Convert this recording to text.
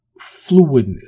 fluidness